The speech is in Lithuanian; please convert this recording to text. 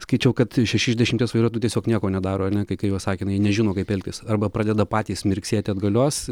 sakyčiau kad šeši iš dešimties vairuotojų tiesiog nieko nedaro ar ne kai jkai uos akina nežino kaip elgtis arba pradeda patys mirksėti atgalios